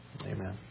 Amen